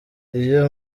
iyo